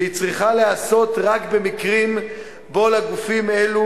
והיא צריכה להיעשות רק במקרים שבהם לגופים אלה